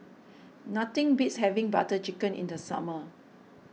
nothing beats having Butter Chicken in the summer